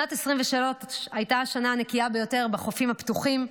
שנת 2023 הייתה השנה הנקייה ביותר בחופים הפתוחים,